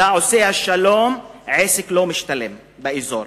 אתה עושה את השלום לעסק לא משתלם באזור,